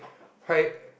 why